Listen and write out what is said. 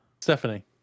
Stephanie